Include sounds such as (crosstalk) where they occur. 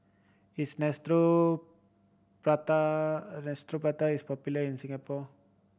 is (unintelligible) Neostrata popular in Singapore